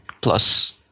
plus